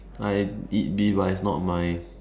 I'd eat beef but it's not my